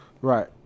Right